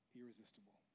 irresistible